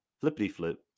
flippity-flip